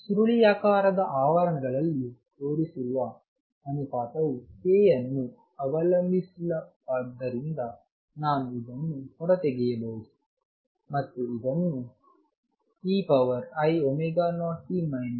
ಸುರುಳಿಯಾಕಾರದ ಆವರಣಗಳಲ್ಲಿ ತೋರಿಸಿರುವ ಅನುಪಾತವು k ಅನ್ನು ಅವಲಂಬಿಸಿಲ್ಲವಾದ್ದರಿಂದ ನಾನು ಇದನ್ನು ಹೊರತೆಗೆಯಬಹುದು ಮತ್ತು ಇದನ್ನು ei0t k0x ∞Akeidωdkk0k kxdk